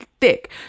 thick